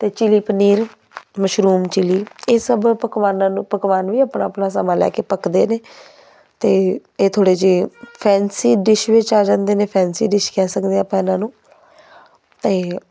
ਅਤੇ chilli paneer mushroom chilli ਇਹ ਸਭ ਪਕਵਾਨਾਂ ਨੂੰ ਪਕਵਾਨ ਵੀ ਆਪਣਾ ਆਪਣਾ ਸਮਾਂ ਲੈ ਕੇ ਪੱਕਦੇ ਨੇ ਅਤੇ ਇਹ ਥੋੜ੍ਹੇ ਜਿਹੇ ਫੈਂਸੀ ਡਿਸ਼ ਵਿੱਚ ਆ ਜਾਂਦੇ ਨੇ ਫੈਂਸੀ ਡਿਸ਼ ਕਹਿ ਸਕਦੇ ਹਾਂ ਆਪਾਂ ਇਹਨਾਂ ਨੂੰ ਅਤੇ